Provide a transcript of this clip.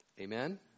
Amen